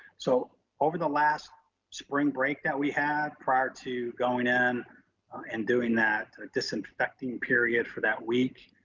so over the last spring break that we had prior to going in and doing that disinfecting period for that week,